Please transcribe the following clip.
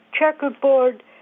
checkerboard